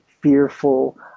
fearful